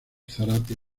zárate